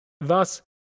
Thus